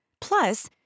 Plus